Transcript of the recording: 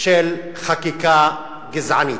של חקיקה גזענית.